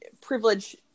privilege